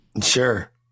Sure